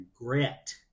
regret